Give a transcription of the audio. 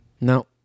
No